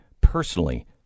personally